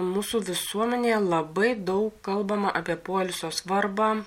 mūsų visuomenėje labai daug kalbama apie poilsio svarbą